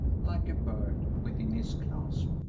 like a bird, within his clasp.